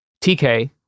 TK